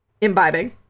Imbibing